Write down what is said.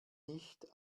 nicht